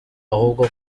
ahubwo